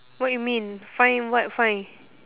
what you mean fine what fine